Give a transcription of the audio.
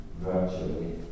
virtually